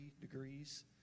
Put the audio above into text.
degrees